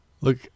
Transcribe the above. look